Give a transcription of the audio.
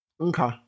Okay